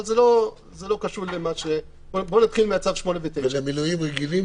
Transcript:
אבל נתחיל בצו 8 או 9. מילואים רגילים